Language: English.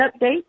update